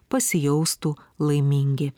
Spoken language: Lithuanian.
pasijaustų laimingi